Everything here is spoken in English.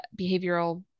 behavioral